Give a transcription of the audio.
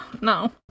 No